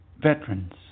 veterans